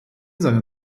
seiner